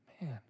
Man